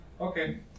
Okay